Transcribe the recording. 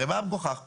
הרי מה המגוחך פה?